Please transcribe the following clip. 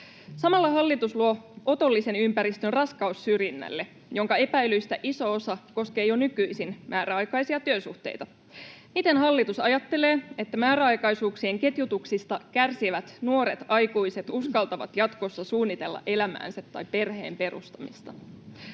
Samalla hallitus luo otollisen ympäristön raskaussyrjinnälle, jonka epäilyistä iso osa koskee jo nykyisin määräaikaisia työsuhteita. Miten hallitus ajattelee, että määräaikaisuuksien ketjutuksista kärsivät nuoret aikuiset uskaltavat jatkossa suunnitella elämäänsä tai perheen perustamista?